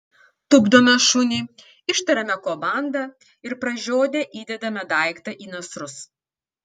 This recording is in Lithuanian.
tupdome šunį ištariame komandą ir pražiodę įdedame daiktą į nasrus